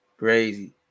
Crazy